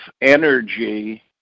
energy